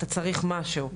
אתה צריך משהו,